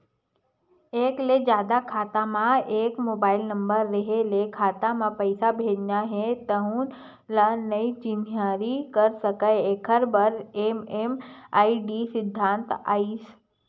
एक ले जादा खाता म एके मोबाइल नंबर रेहे ले खाता म पइसा भेजना हे तउन ल नइ चिन्हारी कर सकय एखरे बर एम.एम.आई.डी सिद्धांत आइस